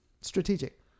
Strategic